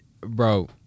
bro